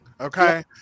okay